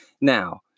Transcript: Now